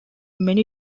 many